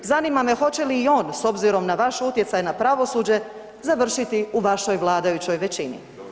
Zanima me hoće li i on, s obzirom na vaš utjecaj na pravosuđe, završiti u vašoj vladajućoj većini.